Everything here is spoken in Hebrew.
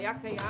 שהיה קיים.